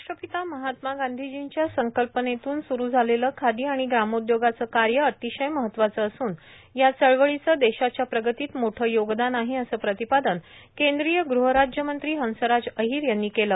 राष्ट्रपिता महात्मा गांधीजींच्या संकल्पनेतून स्रू झालेले खादी आणि ग्रामोद्योगाचे कार्य अतिशय महत्वाचे असून या चळवळीचे देशाच्या प्रगतीत मोठे योगदान आहे असं प्रतिपादन केंद्रीय ग़हराज्यमंत्री हंसराज अहिर यांनी केलं